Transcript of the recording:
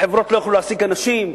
החברות לא יוכלו להעסיק אנשים.